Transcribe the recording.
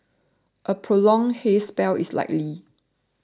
a prolonged haze spell is likely